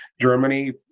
Germany